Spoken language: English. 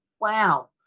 wow